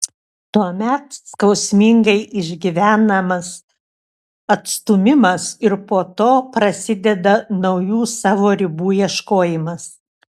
tuomet skausmingai išgyvenamas atstūmimas ir po to prasideda naujų savo ribų ieškojimas